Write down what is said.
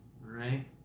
Right